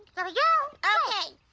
there we go. okay